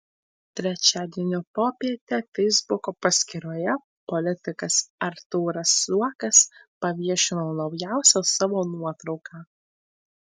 trečiadienio popietę feisbuko paskyroje politikas artūras zuokas paviešino naujausią savo nuotrauką